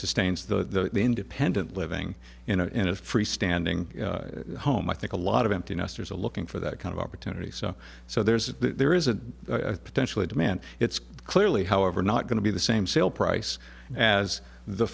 sustains the independent living in a freestanding home i think a lot of empty nesters are looking for that kind of opportunity so so there's a there is a potentially demand it's clearly however not going to be the same sale price as the